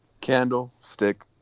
Candlestick